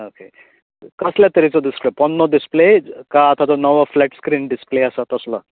okay कसल्या तरेचो display पन्नो डिसप्ले कांय आतां फ्लॅट स्क्रीन डिसप्ले आसा तसलो